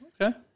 Okay